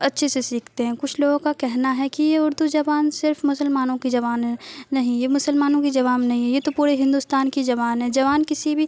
اچھے سے سیکھتے ہیں کچھ لوگوں کا کہنا ہے کہ یہ اردو زبان صرف مسلمانوں کی زبان ہے نہیں یہ مسلمانوں کی زبان نہیں ہے یہ تو پورے ہندوستان کی زبان ہے زبان کسی بھی